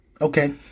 Okay